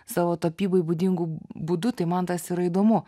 savo tapybai būdingu būdu tai man tas yra įdomu